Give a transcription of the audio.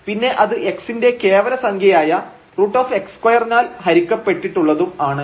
പിന്നെ അത് x ന്റെ കേവല സംഖ്യയായ √x2 നാൽ ഹരിക്കപെട്ടിട്ടുള്ളതും ആണ്